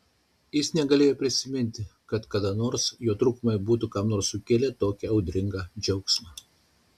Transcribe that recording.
jis negalėjo prisiminti kad kada nors jo trūkumai būtų kam nors sukėlę tokį audringą džiaugsmą